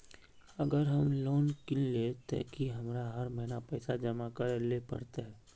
अगर हम लोन किनले ते की हमरा हर महीना पैसा जमा करे ले पड़ते?